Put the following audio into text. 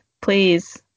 please